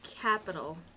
capital